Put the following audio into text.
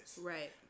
Right